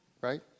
Right